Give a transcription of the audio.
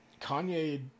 Kanye